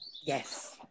yes